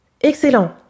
Excellent